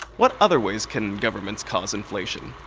what other ways can governments cause inflation?